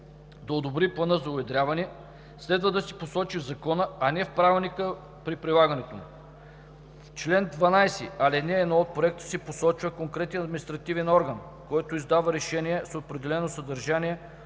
да одобри плана за уедряване, следва да се посочи в Закона, а не с Правилника за прилагането му. 2. Член 12, ал. 1 от Проекта се посочва конкретен административен орган, който издава решение с определено съдържание